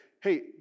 hey